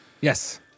yes